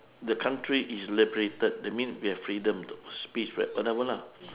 the country is liberated that mean we have freedom the speech right whatever lah